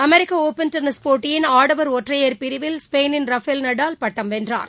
அமெரிக்க open tennis போட்டியின் ஆடவர் ஒற்றையர் பிரிவில் ஸ்பெயினின் ரபேல் நடால் பட்டம் வென்றார்